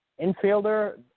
infielder